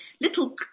little